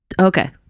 Okay